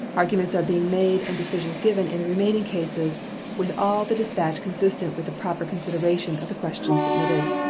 arguments are being made and decisions given in the remaining cases with all the dispatch consistent with the proper consideration of the questions submitted.